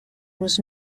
was